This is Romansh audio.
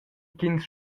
ch’ins